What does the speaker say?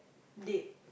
date